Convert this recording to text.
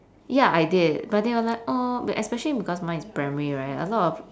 ya I did but they were like !aww! but especially because mine is primary right a lot of